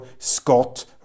Scott